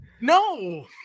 No